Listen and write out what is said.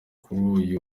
kuri